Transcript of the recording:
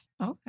Okay